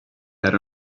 had